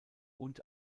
und